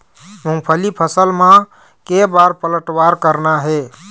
मूंगफली फसल म के बार पलटवार करना हे?